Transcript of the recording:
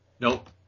Nope